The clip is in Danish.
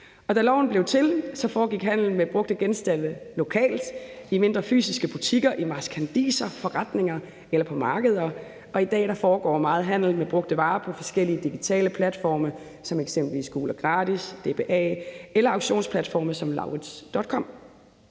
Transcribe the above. Da loven blev til, foregik handlen med brugte genstande lokalt i mindre fysiske butikker; i marskandiserforretninger eller på markeder. I dag foregår meget handel med brugte varer på forskellige digitale platforme som eksempelvis GulogGratis, DBA eller auktionsplatforme som lauritz.com.